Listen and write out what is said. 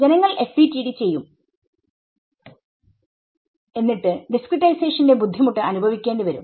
ജനങ്ങൾ FDTD ചെയ്യും എന്നിട്ട് ഡിസ്ക്രിടൈസേഷന്റെബുദ്ധിമുട്ട് അനുഭവിക്കേണ്ടി വരും